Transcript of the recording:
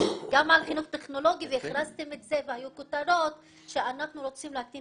גם על חינוך טכנולוגי והכרזתם את זה והיו כותרות שאנחנו רוצים להקטין